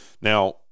Now